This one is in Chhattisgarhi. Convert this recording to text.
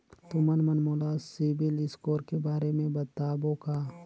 तुमन मन मोला सीबिल स्कोर के बारे म बताबो का?